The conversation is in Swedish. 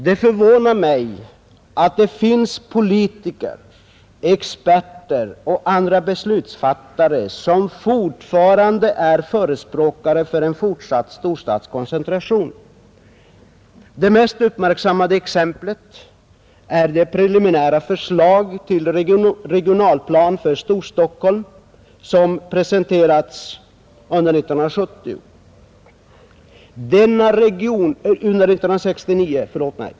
Det förvånar mig att det finns politiker, experter och andra beslutsfattare som fortfarande är förespråkare för en fortsatt storstadskoncentration, Det mest uppmärksammade exemplet är det preliminära förslag till regionalplan för Storstockholm som presenterades under 1969.